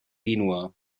genua